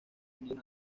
unidos